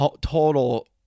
total